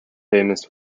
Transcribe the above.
famous